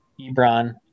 Ebron